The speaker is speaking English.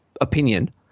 opinion